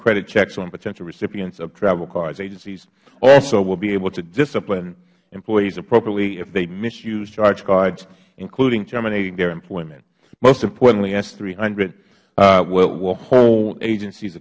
credit checks on potential recipients of travel cards agencies also will be able to discipline employees appropriately if they mis use charge cards including terminating their employment most importantly s three hundred will hold agencies